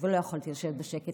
ולא יכולתי לשבת בשקט.